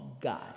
God